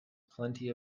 plenty